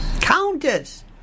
Countess